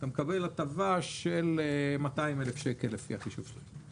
אתה מקבל הטבה של 200,000 שקלים לפי החישוב שלהם.